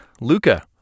Luca